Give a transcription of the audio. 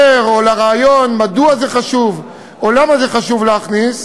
או לרעיון מדוע זה חשוב או למה זה חשוב להכניס,